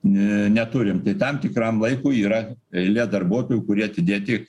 neturim tai tam tikram laikui yra eilė darbuotojų kurie atidėti